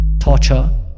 Torture